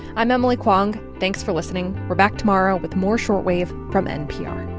i'm emily kwong. thanks for listening. we're back tomorrow with more short wave from npr